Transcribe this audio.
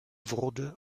wurde